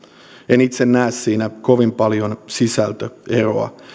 en itse näe siinä kovin paljon sisältöeroa